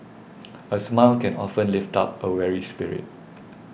a smile can often lift up a weary spirit